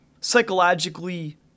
psychologically